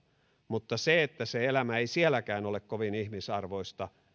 mutta se että se elämä ei sielläkään ole kovin ihmisarvoista